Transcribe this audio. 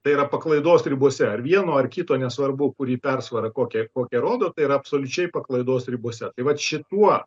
tai yra paklaidos ribose ar vieno ar kito nesvarbu kurį persvara kokią kokią rodo tai yra absoliučiai paklaidos ribose tai vat šituo